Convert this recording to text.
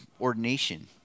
ordination